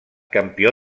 campió